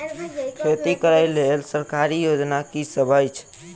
खेती करै लेल सरकारी योजना की सब अछि?